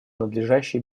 надлежащей